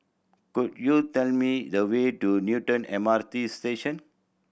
could you tell me the way to Newton M R T Station